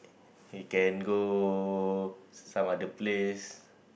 we can go some other place